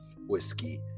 whiskey